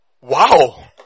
Wow